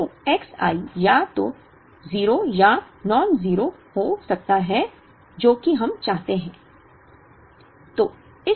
तो X i या तो 0 या नॉन 0 हो सकता है जो कि हम चाहते हैं